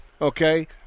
Okay